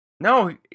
No